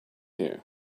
you